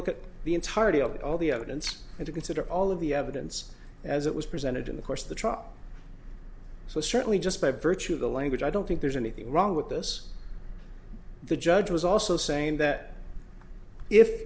look at the entirety of all the evidence and to consider all of the evidence as it was presented in the course of the trial so certainly just by virtue of the language i don't think there's anything wrong with this the judge was also saying that if